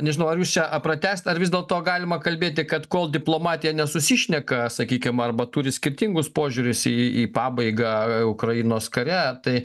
nežinau ar jūs čia a pratęsit ar vis dėlto galima kalbėti kad kol diplomatija nesusišneka sakykim arba turi skirtingus požiūrius į į pabaigą ukrainos kare tai